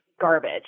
garbage